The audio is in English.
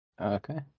Okay